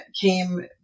came